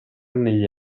negli